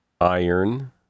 iron